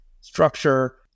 structure